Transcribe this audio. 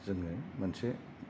जोङो मोनसे